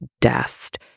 dust